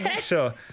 Sure